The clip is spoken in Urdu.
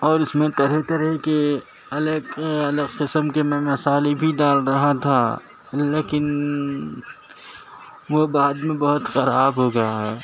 اور اس میں طرح طرح کے الگ الگ قسم کے میں مصالحے بھی ڈال رہا تھا لیکن وہ بعد میں بہت خراب ہو گیا ہے